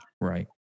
Right